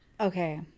Okay